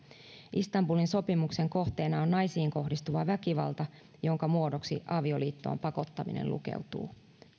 istanbulin sopimuksen kohteena on naisiin kohdistuva väkivalta jonka muodoksi avioliittoon pakottaminen lukeutuu